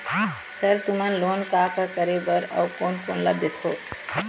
Sir तुमन loan का का करें बर, किसे अउ कोन कोन ला देथों?